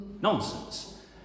Nonsense